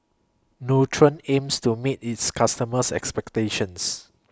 Nutren aims to meet its customers' expectations